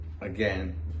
again